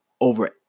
over